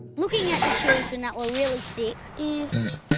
looking at the children that were really sick if.